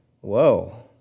Whoa